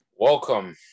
Welcome